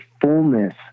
fullness